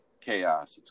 chaos